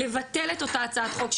לבטל את אותה הצעת חוק,